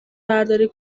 برداری